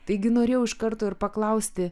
taigi norėjau iš karto ir paklausti